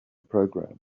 program